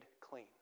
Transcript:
clean